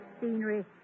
scenery